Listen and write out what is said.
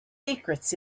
secrets